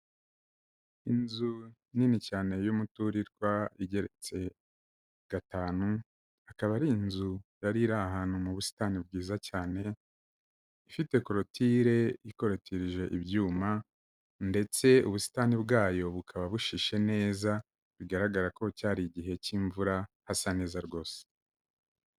Inzu nini cyane y'umuturirwa igeretse gatanu, akaba ari inzu yari iri ahantu mu busitani bwiza cyane, ifite korotire ikotirije ibyuma ndetse ubusitani bwayo bukaba bushishe neza, bigaragara ko cyari igihe cy'imvura hasa neza rwose.